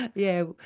but yeah,